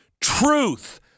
truth